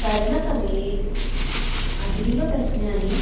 तरणसमये अतीवप्रश्नानि